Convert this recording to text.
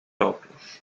óculos